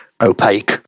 opaque